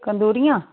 कंडुरियां